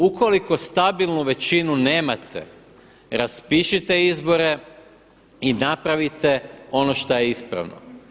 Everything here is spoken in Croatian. Ukoliko stabilnu većinu nemate, raspišite izbore i napravite ono šta je ispravno.